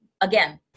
again